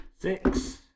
Six